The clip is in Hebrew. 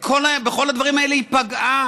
בכל הדברים האלה היא פגעה.